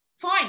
fine